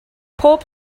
pob